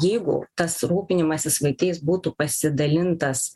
jeigu tas rūpinimasis vaikais būtų pasidalintas